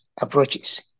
approaches